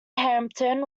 hampton